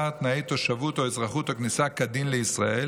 תנאי תושבות או אזרחות או כניסה כדין לישראל,